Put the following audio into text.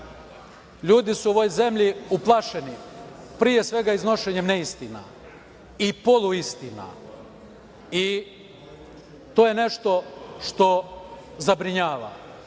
ljudi su u ovoj zemlji uplašeni pre svega iznošenjem neistina i poluistina o to je nešto što zabrinjava.